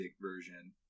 version